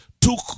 took